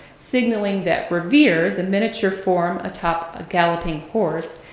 signaling that revere, the miniature form atop a galloping horse,